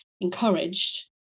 encouraged